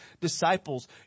disciples